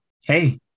Hey